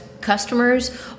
customers